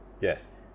Yes